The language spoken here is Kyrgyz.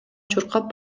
чуркап